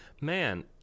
man